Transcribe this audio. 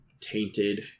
tainted